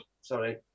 Sorry